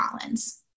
Collins